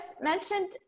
mentioned